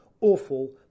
awful